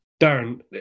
Darren